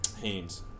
Haynes